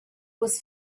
was